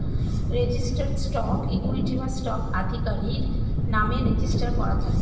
registered stock equity বা stock আধিকারির নামে রেজিস্টার করা থাকে